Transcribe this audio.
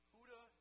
Huda